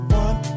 one